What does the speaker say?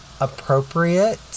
appropriate